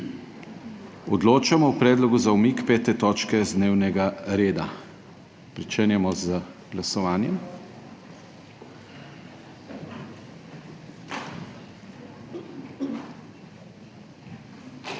Odločamo o predlogu za umik 5. točke z dnevnega reda. Pričenjamo z glasovanjem.